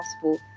possible